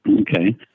Okay